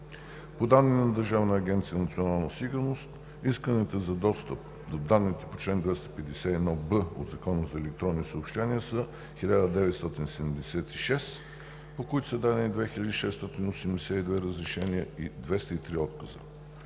По данни на Държавна агенция „Национална сигурност“ исканията за достъп до данните по чл. 251б от Закона за електронните съобщения са 1976, по които са дадени 2682 разрешения и 203 отказа.